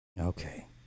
okay